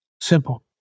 Simple